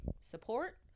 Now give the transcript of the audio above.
support